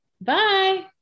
Bye